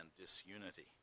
disunity